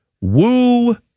Woo